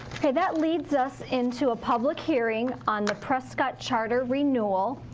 okay that leads us into a public hearing on the prescott charter renewal.